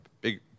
big